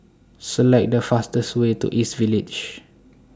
Select The fastest Way to East Village